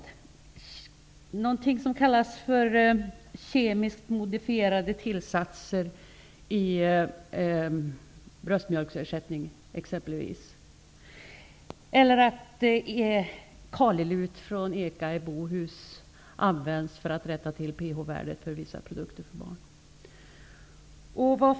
Det finns någonting som kallas för kemiskt modifierade tillsatser i bröstmjölksersättningen exempelvis, och kalilut från Eka i Bohus används för att rätta till pH-värdet för vissa produkter för barn.